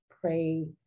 Pray